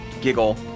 Giggle